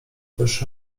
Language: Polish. też